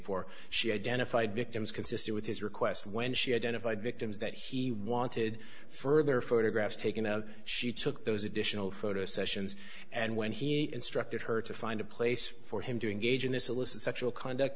for she identified victims consistent with his request when she identified victims that he wanted further photographs taken out she took those additional photo sessions and when he instructed her to find a place for him doing gauging this illicit sexual conduct